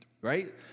Right